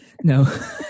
No